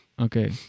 okay